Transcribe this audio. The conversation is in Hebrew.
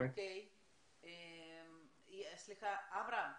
סליחה, אברהם,